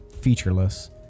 featureless